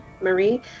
Marie